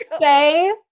say